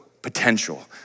Potential